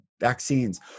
Vaccines